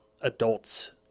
adults